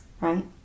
right